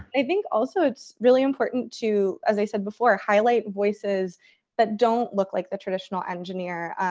i think also it's really important to, as i said before, highlight voices that don't look like the traditional engineer.